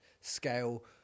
scale